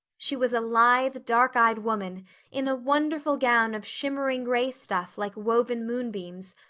she was a lithe, dark-eyed woman in a wonderful gown of shimmering gray stuff like woven moonbeams,